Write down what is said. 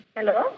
Hello